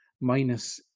minus